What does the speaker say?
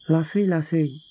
लासै लासै